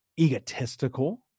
egotistical